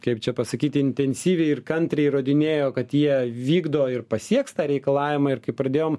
kaip čia pasakyti intensyviai ir kantriai įrodinėjo kad jie vykdo ir pasieks tą reikalavimą ir kai pradėjom